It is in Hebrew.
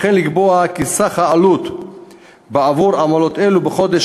וכן לקבוע כי סך העלות בעבור עמלות אלו בחודש